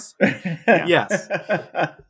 yes